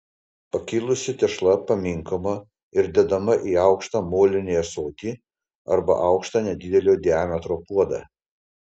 pakilusi tešla paminkoma ir dedama į aukštą molinį ąsotį arba aukštą nedidelio diametro puodą